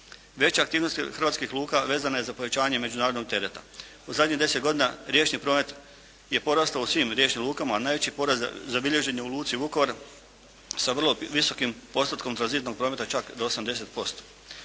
Veća aktivnost hrvatskih luka vezana je za povećanje međunarodnog tereta. U zadnjih 10 godina riječni promet je porastao u svim riječnim lukama, a najveći porast zabilježen je u luci Vukovar sa vrlo visokim postotkom tranzitnog prometa čak do 80%.